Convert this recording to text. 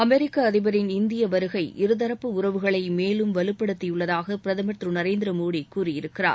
அமெரிக்க அதிபரின் இந்திய வருகை இருதரப்பு உறவுகளை மேலும் வலுப்படுத்தியுள்ளதாக பிரதமர் திரு நரேந்திர மோடி கூறியிருக்கிறார்